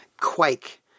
Quake